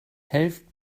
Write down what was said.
helft